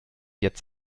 jetzt